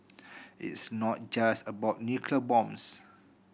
it's not just about nuclear bombs